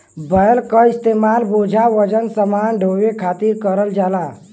बैल क इस्तेमाल बोझा वजन समान ढोये खातिर करल जाला